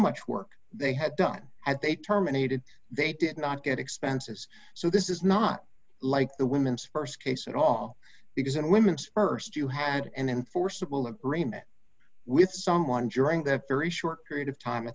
much work they had done at they terminated they did not get expenses so this is not like the women's st case at all because in women's st you had an enforceable agreement with someone during that very short period of time i